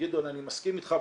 גדעון אני מסכים איתך,